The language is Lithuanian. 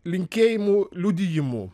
linkėjimų liudijimų